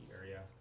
area